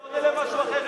אתה עונה למשהו אחר,